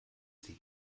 sie